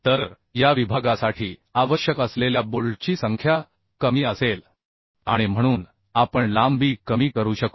तर या विभागासाठी आवश्यक असलेल्या बोल्टची संख्या कमी असेल आणि म्हणून आपण लांबी कमी करू शकतो